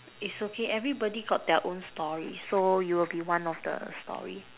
it's okay everybody got their own story so you will one of the story